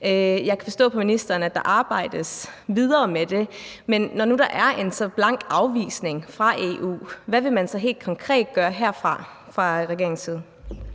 Jeg kan forstå på ministeren, at der arbejdes videre med det, men når der nu er en så blank afvisning fra EU's side, hvad vil man så helt konkret gøre her fra regeringens side?